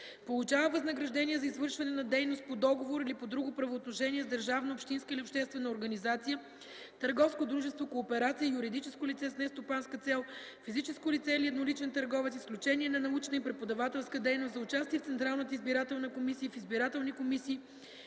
получава възнаграждение за извършване на дейност по договор или по друго правоотношение с държавна, общинска или обществена организация, търговско дружество, кооперация, юридическо лице с нестопанска цел, физическо лице или едноличен търговец с изключение на научна и преподавателска дейност, за участие в Централната избирателна комисия и в избирателни комисии